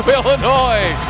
Illinois